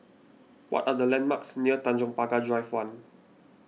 what are the landmarks near Tanjong Pagar Drive one